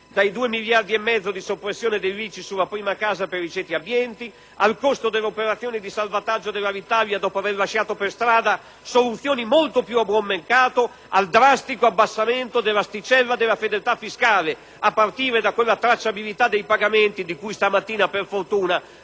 dai due miliardi e mezzo di soppressione dell'ICI sulla prima casa per i ceti abbienti, al costo dell'operazione di salvataggio dell'Alitalia, dopo aver lasciato per strada soluzioni molto più a buon mercato, al drastico abbassamento dell'asticella della fedeltà fiscale (a partire da quella tracciabilità dei pagamenti, di cui stamattina per fortuna